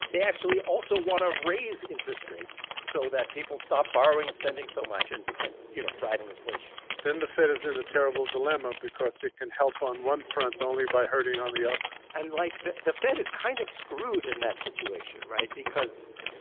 they actually also want to raise interest rates so that people stop borrowing and spending so much and, you know, driving inflation then the fed is in a terrible dilemma because it can help on one front only by hurting on the other and like, the the fed is kind of screwed in that situation right? because,